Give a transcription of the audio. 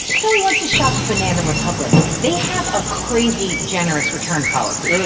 so he wants to shop at banana republic. they have a crazy generous return policy no, no,